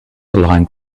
aligned